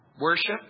worship